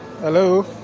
Hello